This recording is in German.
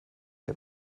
der